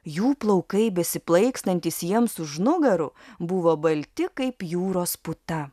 jų plaukai besiplaikstantys jiems už nugarų buvo balti kaip jūros puta